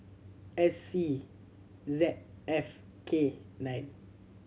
S C Z F K nine